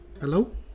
Hello